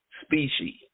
species